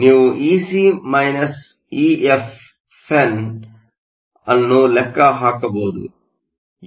ಇದರಿಂದ ನೀವು Ec EFn ಅನ್ನು ಲೆಕ್ಕ ಹಾಕಬಹುದು